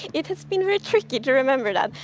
it has been really tricky to remember that.